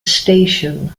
station